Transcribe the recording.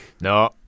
no